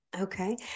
Okay